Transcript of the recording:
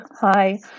hi